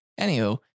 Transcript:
Anywho